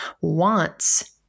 wants